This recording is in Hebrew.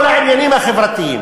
כל העניינים החברתיים,